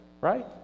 right